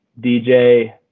dj